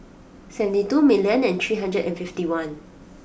seventy two million and three hundred and fifty one